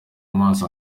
amazi